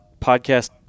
podcast